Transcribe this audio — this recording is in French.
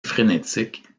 frénétique